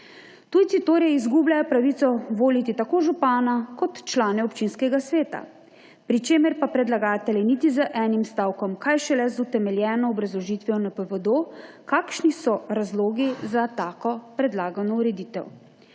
Tujci torej izgubljajo pravico voliti tako župana kot člane občinskega sveta, pri čemer pa predlagatelji niti z enim stavkom, kaj šele z utemeljeno obrazložitvijo ne povedo, kakšni so razlogi za tako predlagano ureditev.